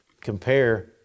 compare